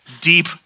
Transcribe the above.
deep